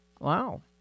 Wow